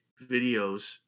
videos